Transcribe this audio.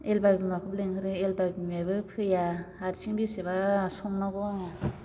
Albert बिमाखौबो लिंहरो Albert बिमायाबो फैया हारसिं बेसेबा संनांगौ आङो